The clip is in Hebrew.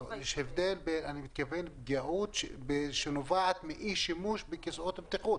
יש הבדל בפגיעות שנובעות מאי שימוש בכיסאות בטיחות